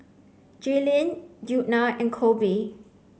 Jalynn Djuna and Koby